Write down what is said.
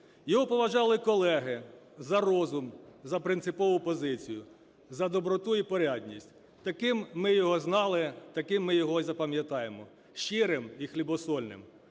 Його поважали колеги за розум, за принципову позицію, за доброту і порядність. Таким ми його знали, таким ми його і запам'ятаємо – щирим і хлібосольним.